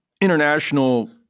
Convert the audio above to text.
international